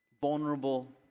vulnerable